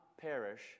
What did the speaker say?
perish